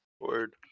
word